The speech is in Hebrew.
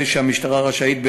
המשטרה רשאית,